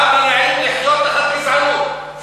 כמה נעים לחיות תחת גזענות.